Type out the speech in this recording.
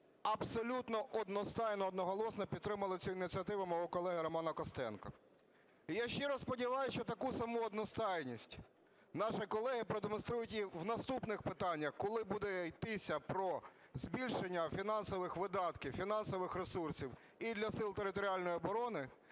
абсолютно одностайно і одноголосно підтримали цю ініціативу мого колеги Романа Костенка. І я ще раз сподіваюсь, що таку саму одностайність наші колеги продемонструють і в наступних питаннях, коли буде йтися про збільшення фінансових видатків, фінансових ресурсів і для Сил територіальної оборони,